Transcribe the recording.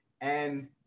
And-